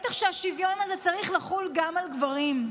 בטח שהשוויון הזה צריך לחול גם על גברים,